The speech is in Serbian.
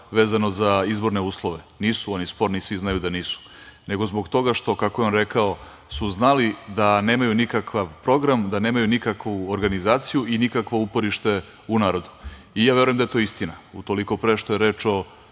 vezano za izborne uslove, nisu oni sporni, svi znaju da nisu, nego zbog toga što, kako je on rekao, su znali da nemaju nikakav program, da nemaju nikakvu organizaciju i nikakvo uporište u narodu. Ja verujem da je to istina utoliko pre što je reč o